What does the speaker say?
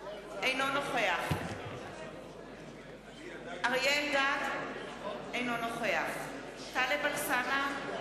אינו נוכח אריה אלדד, אינו נוכח טלב אלסאנע,